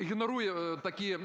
ігнорує такі